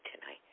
tonight